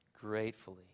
gratefully